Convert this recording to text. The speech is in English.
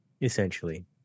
essentially